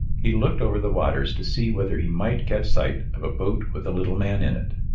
he looked over the waters to see whether he might catch sight of a boat with a little man in it.